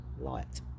light